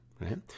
right